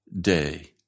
day